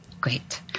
Great